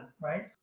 right